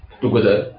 together